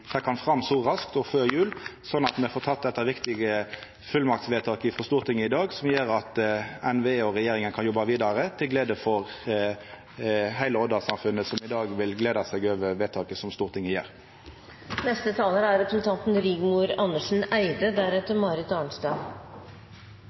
fram så raskt og før jul, slik at me får gjort dette viktige fullmaktsvedtaket i Stortinget i dag, som gjer at NVE og regjeringa kan jobba vidare, til glede for heile Odda-samfunnet, som i dag vil gleda seg over vedtaket som Stortinget